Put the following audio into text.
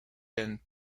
than